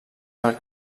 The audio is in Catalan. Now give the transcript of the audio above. del